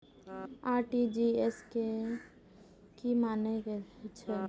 RTGS के की मानें हे छे?